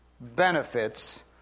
benefits